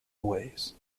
ways